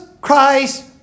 Christ